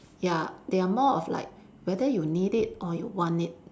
ya they are more of like whether you need it or you want it